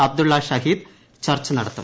Abdullah Shahid ചർച്ച നടത്തും